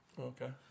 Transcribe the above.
Okay